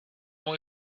můj